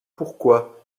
pourquoi